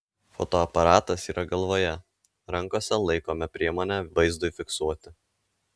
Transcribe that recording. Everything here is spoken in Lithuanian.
fotoaparatas yra galvoje rankose laikome priemonę vaizdui fiksuoti